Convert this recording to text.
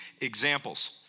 examples